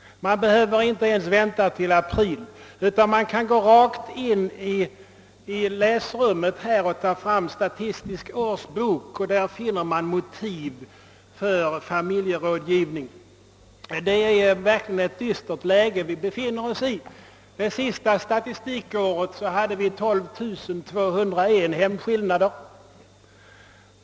Man behöver inte ens vänta till april, utan man kan bara gå in i läsrummet och slå upp Statistisk årsbok för att finna motiv för familjerådgivningen. Vi befinner oss verkligen i ett beklämmande' läge. Det senaste statistikåret hade vi 12 201 hemskillnader.